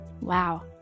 Wow